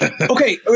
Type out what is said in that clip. Okay